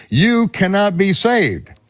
you cannot be saved.